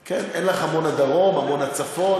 כן, אין לך עמונה-דרום, עמונה-צפון.